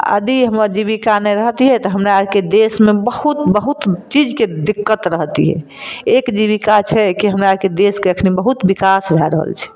यदि हमर जीबिका नहि रहैतिए तऽ हमरा आरके देशमे बहुत बहुत चीजके दिक्कत रहैतिए एक जीबिका छै की हमरा आरके देशके अखनी बहुत बिकास भै रहल छै